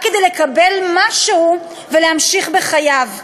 רק כדי לקבל משהו ולהמשיך בחייו,